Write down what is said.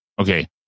Okay